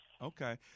Okay